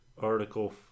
article